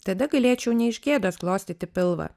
tada galėčiau ne iš gėdos glostyti pilvą